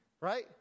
Right